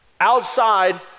Outside